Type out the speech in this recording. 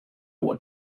what